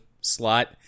slot